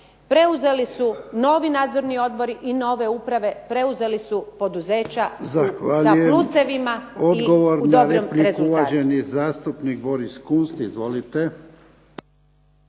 preuzeli su novi nadzorni odbori i nove uprave, preuzeli su poduzeća sa plusevima i dobrim rezultatima.